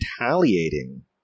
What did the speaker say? retaliating